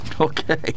Okay